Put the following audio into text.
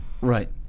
Right